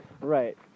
Right